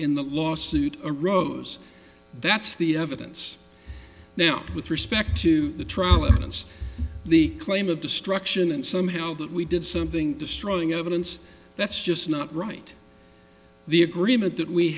in the lawsuit arose that's the evidence now with respect to the trial against the claim of destruction and somehow that we did something destroying evidence that's just not right the agreement that we